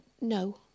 No